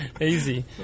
Easy